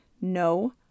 no